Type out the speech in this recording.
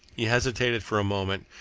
he hesitated for a moment,